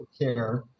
care